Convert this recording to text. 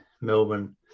Melbourne